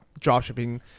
dropshipping